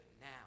now